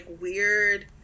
weird